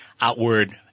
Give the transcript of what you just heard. outward